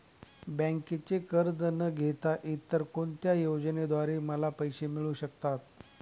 बँकेचे कर्ज न घेता इतर कोणत्या योजनांद्वारे मला पैसे मिळू शकतात?